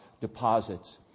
deposits